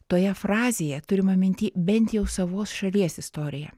toje frazėje turima minty bent jau savos šalies istorija